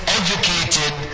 educated